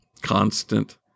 constant